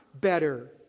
better